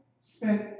spent